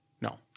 No